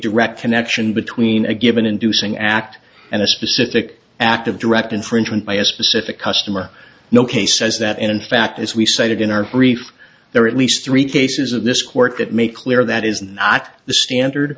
direct connection between a given inducing act and a specific act of direct infringement by a specific customer no case says that in fact as we cited in our brief there are at least three cases of this court that make clear that is not the standard